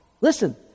Listen